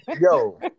Yo